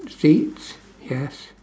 seat yes